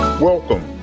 Welcome